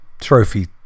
trophy